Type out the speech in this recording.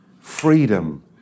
Freedom